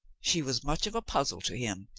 she was much of a puz zle to him,